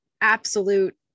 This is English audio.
absolute